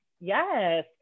yes